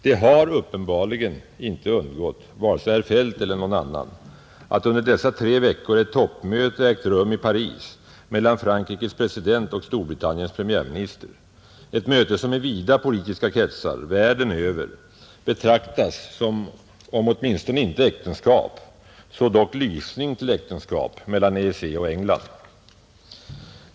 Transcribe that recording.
Det har uppenbarligen inte undgått vare sig herr Feldt eller någon annan att under dessa tre veckor ett toppmöte ägt rum i Paris mellan Frankrikes president och Storbritanniens premiärminister, ett möte som i vida politiska kretsar världen över betraktas som om inte äktenskap så dock lysning till äktenskap mellan EEC och England.